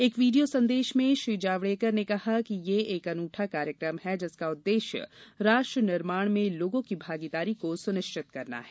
एक वीडियो संदेश में श्री जावड़ेकर ने कहा कि यह एक अनूठा कार्यक्रम है जिसका उद्देश्य राष्ट्र निर्माण में लोगों की भागीदारी को सुनिश्चित बनाना है